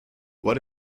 what